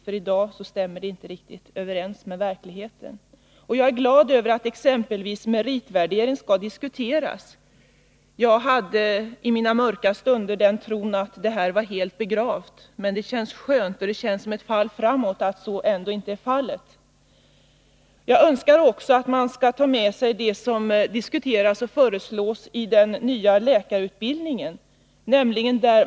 I dag stämmer den inte riktigt överens med verkligheten. Jag är glad över att exempelvis meritvärdering skall diskuteras. Jag har i mina mörka stunder trott att det var helt begravt. Det känns som ett fall framåt att så ändå inte är förhållandet. Jag önskar också att statsrådet skall ta till sig det som diskuteras och föreslås för den nya läkarutbildningen.